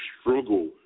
struggle